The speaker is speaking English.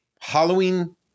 Halloween